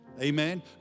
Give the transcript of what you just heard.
Amen